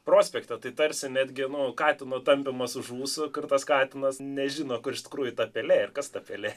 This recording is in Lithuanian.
prospekte tai tarsi netgi nu katino tampymas už ūsų kur tas katinas nežino kur iš tikrųjų ta pelė ir kas ta pelė